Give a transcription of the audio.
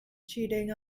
cheating